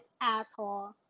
asshole